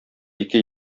ике